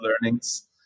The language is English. learnings